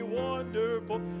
wonderful